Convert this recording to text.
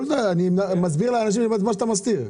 לא לדברר, אני מסביר לאנשים את מה שאתה מסתיר.